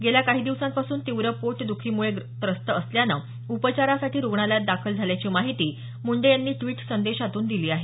गेल्या काही दिवसांपासून तीव्र पोटदुखीमुळे त्रस्त असल्यानं उपचारासाठी रुग्णालयात दाखल झाल्याची माहिती मुंडे यांनी ड्वीट संदेशातून दिली आहे